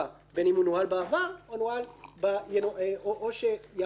בין אם נוהל בעבר או יעבור עליה.